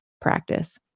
practice